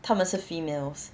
他们是 females